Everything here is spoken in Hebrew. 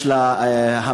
יש לה ההמלצה,